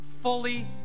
fully